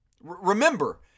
Remember